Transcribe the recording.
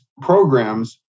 programs